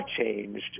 changed